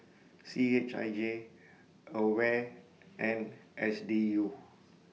C H I J AWARE and S D U